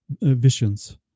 visions